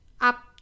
up